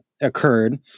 occurred